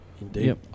Indeed